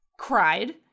Cried